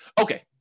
Okay